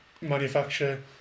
manufacture